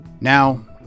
Now